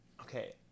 Okay